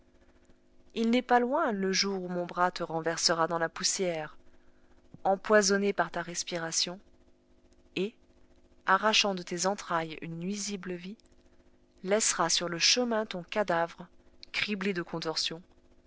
il n'est pas loin le jour où mon bras te renversera dans la poussière empoisonnée par ta respiration et arrachant de tes entrailles une nuisible vie laissera sur le chemin ton cadavre criblé de contorsions